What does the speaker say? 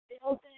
building